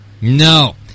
No